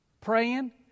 praying